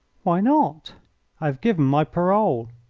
why not? i have given my parole.